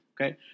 okay